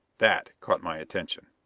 that caught my attention.